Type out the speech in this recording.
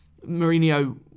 Mourinho